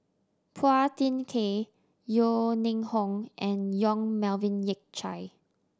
Phua Thin Kiay Yeo Ning Hong and Yong Melvin Yik Chye